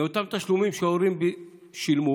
מאותם תשלומים שההורים שילמו